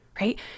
right